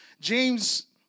James